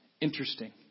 interesting